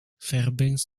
fairbanks